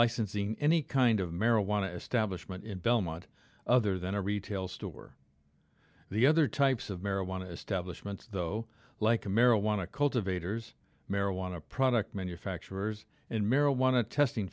licensing any kind of marijuana establishment in belmont other than a retail store the other types of marijuana stablish months though like a marijuana cultivators marijuana product manufacturers and marijuana testing